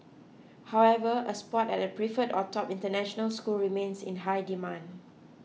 however a spot at a preferred or top international school remains in high demand